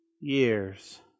years